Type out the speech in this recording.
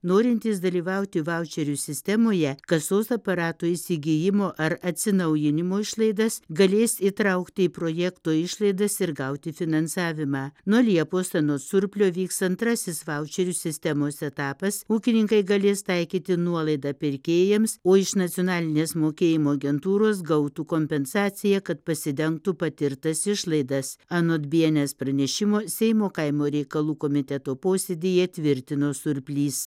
norintys dalyvauti vaučerių sistemoje kasos aparato įsigijimo ar atsinaujinimo išlaidas galės įtraukti į projekto išlaidas ir gauti finansavimą nuo liepos anot surplio vyks antrasis vaučerių sistemos etapas ūkininkai galės taikyti nuolaidą pirkėjams o iš nacionalinės mokėjimo agentūros gautų kompensaciją kad pasidengtų patirtas išlaidas anot bns pranešimo seimo kaimo reikalų komiteto posėdyje tvirtino surplys